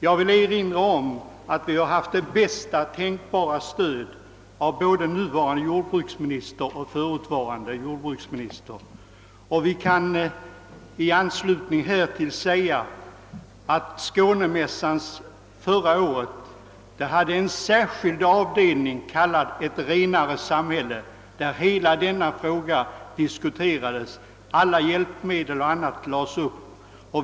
Jag vill erinra om att vi har haft det bästa tänkbara stöd av både den nuvarande jordbruksministern och hans företrädare. I anslutning till ämnet kan det påpekas att Skånemässan förra året hade en särskild specialavdelning, kallad »Ett renare samhälle», där hela detta område presenterades och alla tekniska hjälpmedel o.s.v. visades upp.